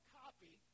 copy